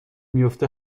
میفته